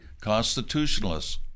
constitutionalists